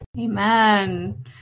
Amen